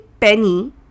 penny